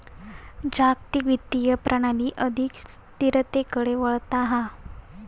जागतिक वित्तीय प्रणाली अधिक स्थिरतेकडे वळता हा